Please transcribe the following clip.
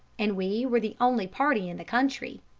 and we were the only party in the country.